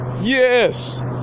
Yes